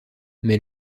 mais